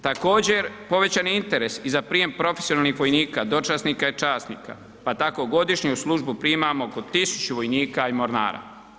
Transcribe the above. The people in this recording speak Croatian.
Također povećan je interes i za primjer profesionalnih vojnika, dočasnika i časnika, pa tako godišnje u službu primamo oko 1000 vojnika i mornara.